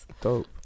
Dope